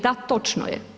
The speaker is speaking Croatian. Da, točno je.